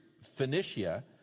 Phoenicia